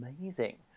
Amazing